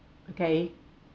okay